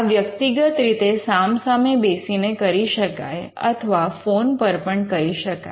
આ વ્યક્તિગત રીતે સામસામે બેસીને કરી શકાય અથવા ફોન પર પણ કરી શકાય